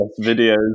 videos